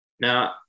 Now